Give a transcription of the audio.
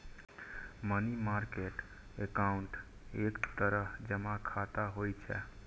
money market account एक तरह जमा खाता होइ छै